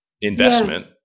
investment